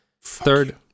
Third